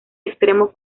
extremo